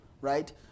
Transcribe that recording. right